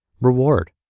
reward